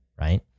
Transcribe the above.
right